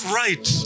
right